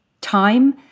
time